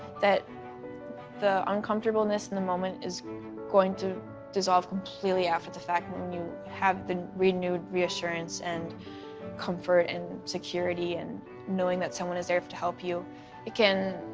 that the uncomfortableness in the moment is going to dissolve completely after the fact when you have the renewed reassurance and comfort and security, and knowing that someone is there to help you, it can